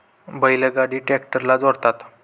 बैल गाडी ट्रॅक्टरला जोडतात